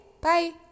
Bye